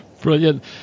brilliant